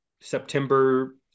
September